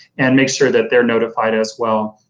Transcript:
and make sure that they're notified as well.